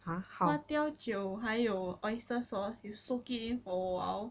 花雕酒还有 oyster sauce you soak it in for awhile